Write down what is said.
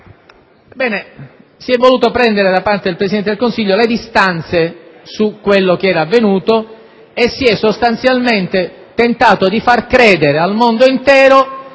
Si è voluto prendere da parte del Presidente del Consiglio le distanze da quanto avvenuto e si è sostanzialmente tentato di fare credere al mondo intero